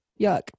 yuck